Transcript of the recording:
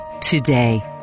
today